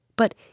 but